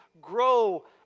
grow